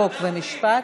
חוק ומשפט.